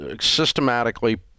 systematically